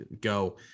go